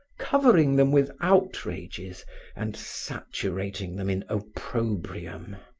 covering them with outrages and saturating them in opprobrium.